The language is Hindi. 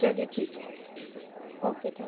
चलिए ठीक है ओ के थैन्क